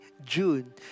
June